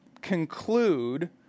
conclude